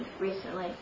recently